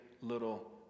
little